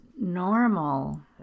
normal